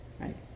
right